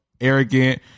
arrogant